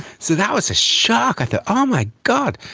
so that was a shock, i thought, oh my god,